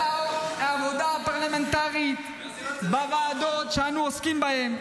העבודה הפרלמנטרית בוועדות שאנו עוסקים בהן.